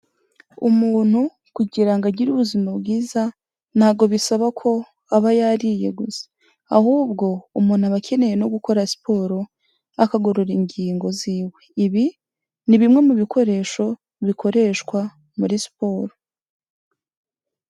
Umuntu kugira ngo agire ubuzima bwiza ntago bisaba ko aba yariye gusa ahubwo umuntu aba akeneye no gukora siporo akagorora ingingo ziwe, ibi ni bimwe mu bikoresho bikoreshwa muri siporo.